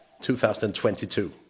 2022